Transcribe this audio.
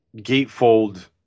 Gatefold